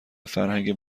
فرهنگ